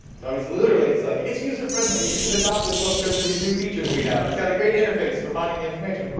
so, he's literally like, it's user friendly! you should adopt this book cause of these new features we have. it's got a great interface for finding the information.